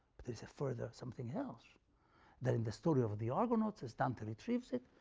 there's a further something else that in the story of the argonauts as dante retrieves it,